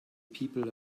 people